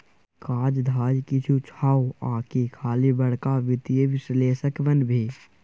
काज धाज किछु छौ आकि खाली बड़का वित्तीय विश्लेषक बनभी